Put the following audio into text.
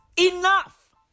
Enough